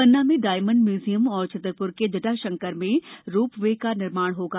पन्ना में diamond museum और छतरप्र के जटाशंकर में रोप वे का निर्माण होगा